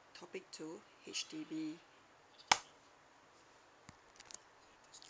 topic two H_D_B